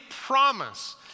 promise